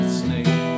snake